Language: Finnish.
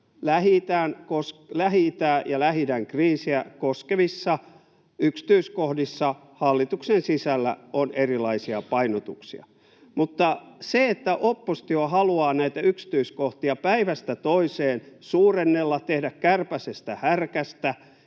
Lähi-itää ja Lähi-idän kriisiä koskevissa yksityiskohdissa hallituksen sisällä on erilaisia painotuksia. Mutta se, että oppositio haluaa näitä yksityiskohtia päivästä toiseen suurennella, tehdä kärpäsestä härkästä